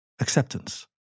acceptance